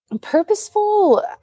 Purposeful